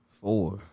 four